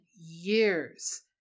years